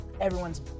everyone's